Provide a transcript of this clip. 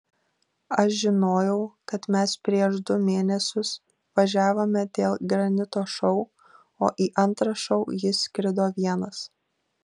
aš žinojau kad mes prieš du mėnesius važiavome dėl granito šou o į antrą šou jis skrido vienas